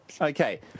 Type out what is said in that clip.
Okay